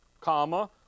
comma